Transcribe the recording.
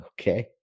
Okay